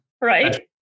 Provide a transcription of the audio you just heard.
Right